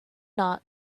not